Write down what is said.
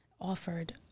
offered